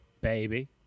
baby